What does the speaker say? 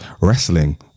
wrestling